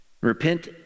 Repent